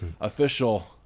official